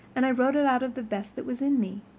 and i wrote it out of the best that was in me.